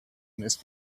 miss